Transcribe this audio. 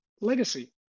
Legacy